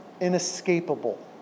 inescapable